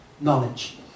knowledge